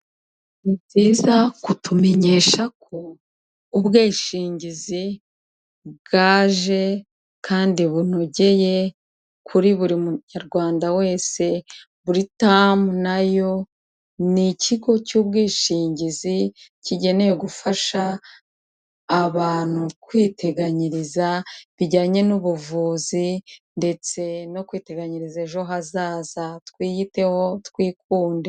Ni byiza kutumenyesha ko ubwishingizi bwaje kandi bunogeye kuri buri munyarwanda wese. Buritamu na yo, ni ikigo cy'ubwishingizi kigenewe gufasha abantu kwiteganyiriza, bijyanye n'ubuvuzi ndetse no kwiteganyiriza ejo hazaza. Twiyiteho, twikunde.